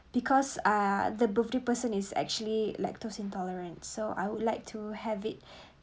because ah the birthday person is actually lactose intolerant so I would like to have it